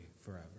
forever